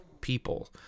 people